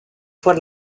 choix